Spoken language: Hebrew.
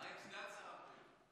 מה עם סגן שר הבריאות?